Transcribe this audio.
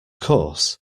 course